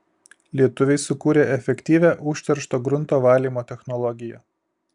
lietuviai sukūrė efektyvią užteršto grunto valymo technologiją